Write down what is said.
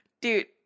Dude